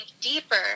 deeper